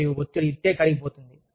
మరియు ఒత్తిడి ఇట్టే కరిగిపోతుంది